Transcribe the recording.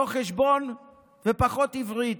לא חשבון ופחות עברית.